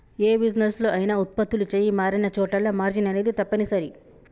యే బిజినెస్ లో అయినా వుత్పత్తులు చెయ్యి మారినచోటల్లా మార్జిన్ అనేది తప్పనిసరి